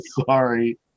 sorry